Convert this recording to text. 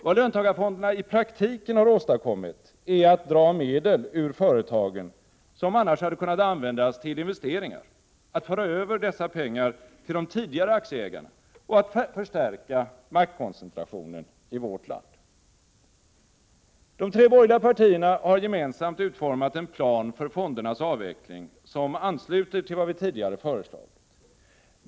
Vad löntagarfonderna i praktiken har åstadkommit är att ur företagen dra medel som annars hade kunnat användas till investeringar, att föra över dessa pengar till de tidigare aktieägarna och att förstärka maktkoncentrationen i vårt land. De tre borgerliga partierna har gemensamt utformat en plan för fondernas avveckling, som ansluter till vad vi tidigare föreslagit.